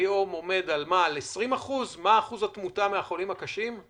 עומד היום על 20%. אני